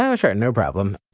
oh, sure, no problem.